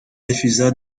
refusa